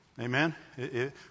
Amen